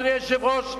אדוני היושב-ראש,